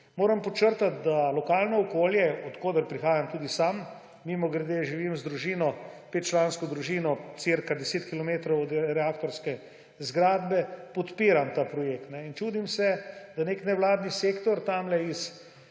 Moram podčrtati, da lokalno okolje, od koder prihajam tudi sam, mimogrede, živim s petčlansko družino okoli 10 kilometrov od reaktorske zgradbe, podpiram ta projekt. In čudim se, da nek nevladni sektor iz